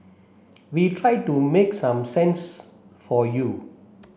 we try to make some sense for you